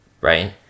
right